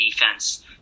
defense